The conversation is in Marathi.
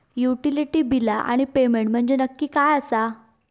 युटिलिटी बिला आणि पेमेंट म्हंजे नक्की काय आसा?